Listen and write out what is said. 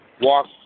walk